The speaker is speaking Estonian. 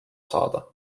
saada